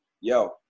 Yo